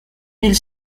mille